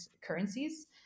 currencies